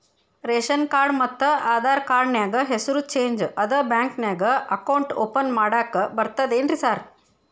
Ration card ಮತ್ತ Aadhaar card ನ್ಯಾಗ ಹೆಸರು ಚೇಂಜ್ ಅದಾ ಬ್ಯಾಂಕಿನ್ಯಾಗ ಅಕೌಂಟ್ ಓಪನ್ ಮಾಡಾಕ ಬರ್ತಾದೇನ್ರಿ ಸಾರ್?